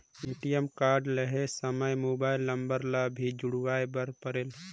ATM card लहे समय mobile number ला भी जुड़वाए बर परेल?